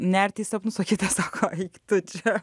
nerti į sapnus o kitas sako eik tu čia